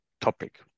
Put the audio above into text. topic